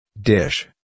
Dish